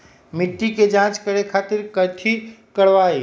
मिट्टी के जाँच करे खातिर कैथी करवाई?